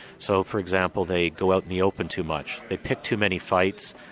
so, for example, they go out the open too much, they pick too many fights,